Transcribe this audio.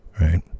right